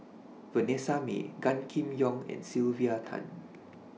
Vanessa Mae Gan Kim Yong and Sylvia Tan